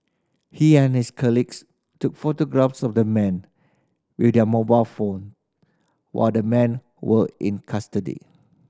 he and his colleagues took photographs of the men with their mobile phone while the men were in custody